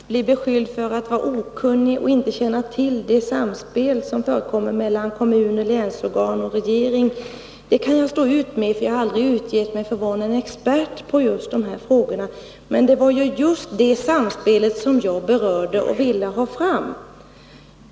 Herr talman! Att bli beskylld för att vara okunnig och inte känna till det samspel som förekommer mellan kommuner, länsorgan och regering kan jag stå ut med, för jag har aldrig utgett mig för att vara någon expert på de här frågorna. Men det var ju just detta samspel som jag berörde och ville ha fram.